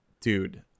Dude